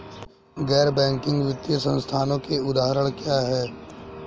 गैर बैंक वित्तीय संस्थानों के उदाहरण क्या हैं?